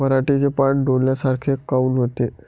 पराटीचे पानं डोन्यासारखे काऊन होते?